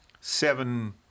seven